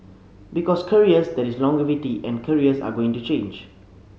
because careers there is longevity and careers are going to change